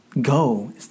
go